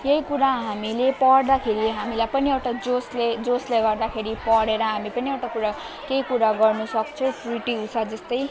यही कुरा हामीले पढ्दाखेरि हामीलाई पनि एउटा जोसले जोसले गर्दाखेरि पढेर हामी पनि एउटा कुरा केही कुरा गर्नसक्छौँ पिटी उषा जस्तै